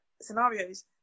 scenarios